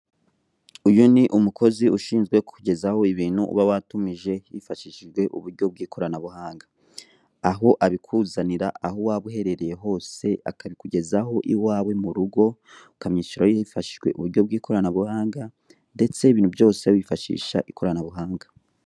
Uyu ni umukozi ushinzwe kukugezaho ibintu uba watumije hifashishijwe uburyo bw'ikiranabuhanga. Aho abikuzanira aho waba uherereye hose, akabikugezaho iwawe mu rugo, ukamwishyura hifashishijwe uburyo bw'ikiranabuhanga, ndetse ibintu byose wifashisha ikoranabuhanga.